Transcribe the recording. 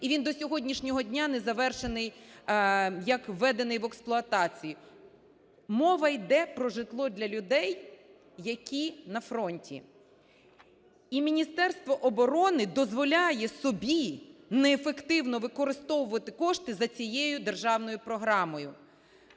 І він до сьогоднішнього дня не завершений, як введений в експлуатацію. Мова йде про житло для людей, які на фронті. І Міністерство оборони дозволяє собі неефективно використовувати кошти за цією державною програмою.